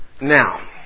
Now